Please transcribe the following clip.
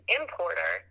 importer